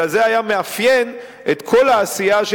אלא זה היה מאפיין את כל העשייה של